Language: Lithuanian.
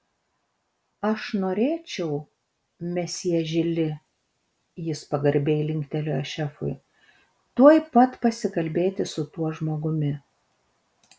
aš norėčiau mesjė žili jis pagarbiai linktelėjo šefui tuoj pat pasikalbėti su tuo žmogumi